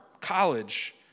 college